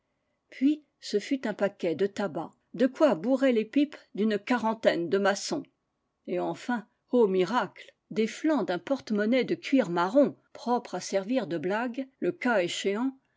puis ce fut un paquet de tabac de quoi bourrer les pipes d'une quarantaine de maçons et enfin ô miracle des lianes d'un porte-monnaie de cuir marron propre à servir de blague le cas échéant